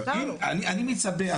אני מצפה,